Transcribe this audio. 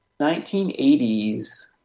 1980s